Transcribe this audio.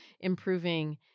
improving